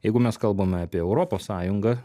jeigu mes kalbame apie europos sąjungą